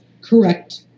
correct